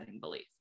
belief